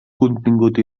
contingut